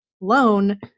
loan